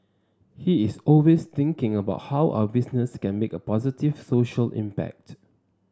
he is always thinking about how our business can make a positive social impact